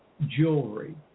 jewelry